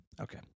Okay